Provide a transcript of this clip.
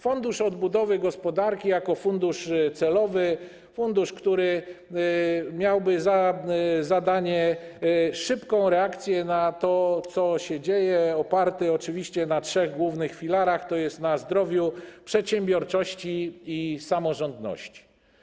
Fundusz Odbudowy Gospodarki jako fundusz celowy, fundusz, który miałby za zadanie być szybką reakcję na to, co się dzieje, oparty byłby oczywiście na trzech głównych filarach, tj. zdrowiu, przedsiębiorczości i samorządności.